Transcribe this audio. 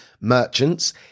merchants